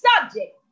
subject